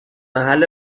محل